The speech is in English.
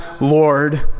Lord